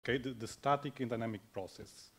אוקיי? The static and dynamic process.